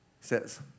says